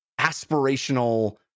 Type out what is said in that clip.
aspirational